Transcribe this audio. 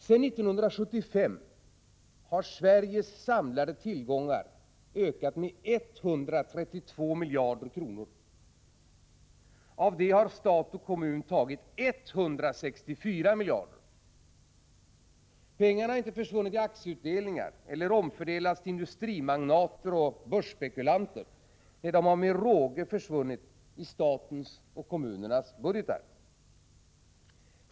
Sedan 1975 har Sveriges samlade tillgångar ökat med 132 miljarder kronor. Av detta har stat och kommun tagit 164 miljarder kronor. Pengarna har inte försvunnit i aktieutdelningar eller omfördelats till industrimagnater och börsspekulanter. Nej, de har med råge försvunnit i statens och kommunernas budgetar.